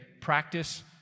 practice